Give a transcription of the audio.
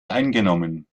eingenommen